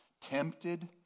tempted